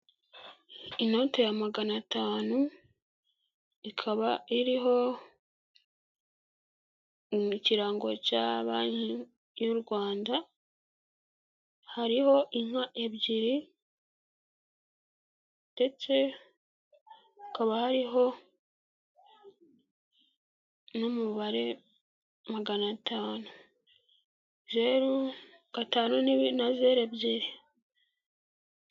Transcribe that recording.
Inoti ya magana atanu, ikaba iriho ikirango cya banki y'u Rwanda, hariho inka ebyiri, ndetse hakaba hariho n'umubare magana atanu, rero gatanu na zeru ebyiri.